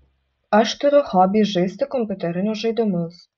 aš turiu hobį žaisti kompiuterinius žaidimus